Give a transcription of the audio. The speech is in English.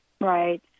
right